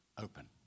open